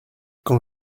quand